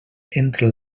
entra